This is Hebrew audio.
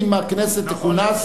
אנחנו איחדנו אותן.